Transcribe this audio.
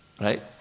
right